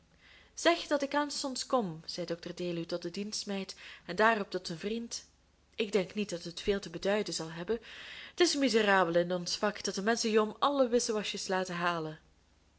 zeg dat ik aanstonds kom zei dr deluw tot de dienstmeid en daarop tot zijn vriend ik denk niet dat het veel te beduiden zal hebben t is miserabel in ons vak dat de menschen je om alle wissewasjes laten halen